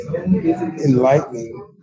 enlightening